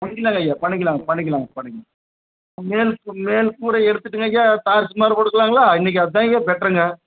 பண்ணிக்கலாங்க ஐயா பண்ணிக்கலாம் பண்ணிக்கலாம் பண்ணிக்கலாம் மேல் கு மேல் கூரையை எடுத்துட்டுங்க ஐயா தார் சீட் மாதிரி போட்டுக்கலாங்ளா இன்னிக்கு அதாங்க ஐயா பெட்ருங்க